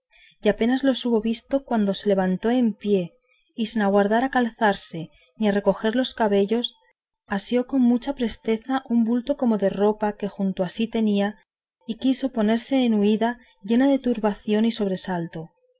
y apenas los hubo visto cuando se levantó en pie y sin aguardar a calzarse ni a recoger los cabellos asió con mucha presteza un bulto como de ropa que junto a sí tenía y quiso ponerse en huida llena de turbación y sobresalto